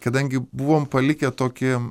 kadangi buvom palikę tokį